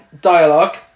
Dialogue